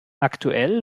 aktuell